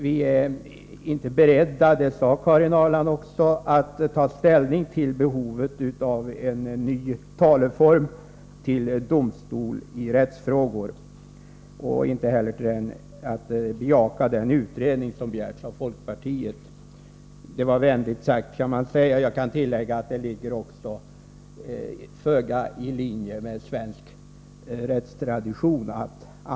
Vi är inte beredda — det sade Karin Ahrland också — att ta ställning till behovet av en ny taleform till domstol i rättsfrågor och inte heller att bejaka den utredning som begärts av folkpartiet. Det var vänligt sagt, kan man säga. Jag kan tillägga att den taleformen till domstol också ligger föga i linje med svensk rättstradition.